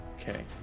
Okay